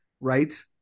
right